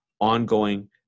ongoing